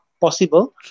possible